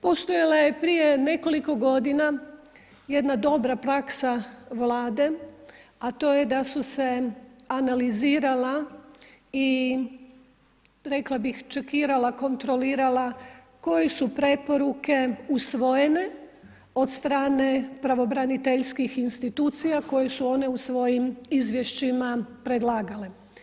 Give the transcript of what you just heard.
Postojala je prije nekoliko godina jedna dobra praksa Vlade, a to je da su se analizirala i rekla bih, čekirala, kontrolirala koje su preporuke usvojene od strane pravobraniteljskih institucija koje su one u svojim izvješćima predlagale.